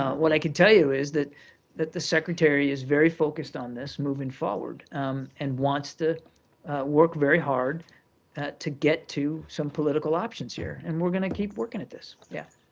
what i could tell you is that that the secretary is very focused on this moving forward and wants to work very hard to get to some political options here, and we're going to keep working at this. yeah.